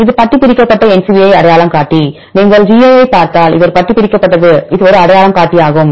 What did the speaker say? இது பட்டி பிரிக்கப்பட்ட NCBI அடையாளங்காட்டி நீங்கள் ஜியைப் gi பார்த்தால் அது ஒரு பட்டி பிரிக்கப்பட்டு இது ஒரு அடையாளங்காட்டியாகும்